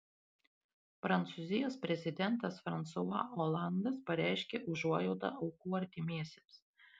prancūzijos prezidentas fransua olandas pareiškė užuojautą aukų artimiesiems